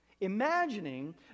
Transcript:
Imagining